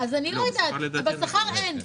בשכר אין.